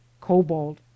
cobalt